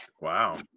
wow